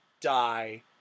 die